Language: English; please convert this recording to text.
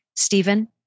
Stephen